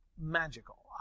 magical